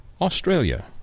Australia